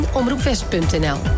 omroepwest.nl